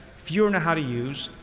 fewer know how to use,